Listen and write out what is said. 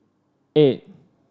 eight